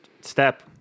step